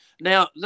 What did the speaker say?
Now